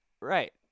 Right